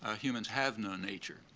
ah humans have no nature.